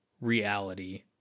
reality